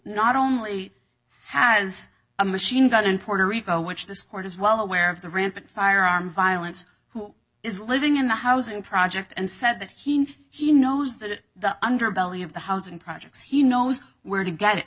not only has a machine gun in puerto rico which this court is well aware of the rampant firearm violence who is living in the housing project and said that he he knows that the underbelly of the housing projects he knows where to get it